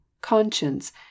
conscience